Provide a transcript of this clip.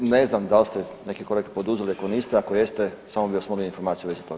Ne znam da ste neke korake poduzeli, ako niste, ako jeste samo bih vas molio informaciju u vezi toga.